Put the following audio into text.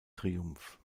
triumph